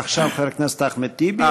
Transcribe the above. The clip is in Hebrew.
עכשיו חבר הכנסת אחמד טיבי.